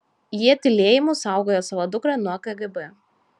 jie tylėjimu saugojo savo dukrą nuo kgb